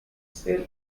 sell